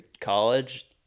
college